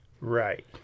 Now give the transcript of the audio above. Right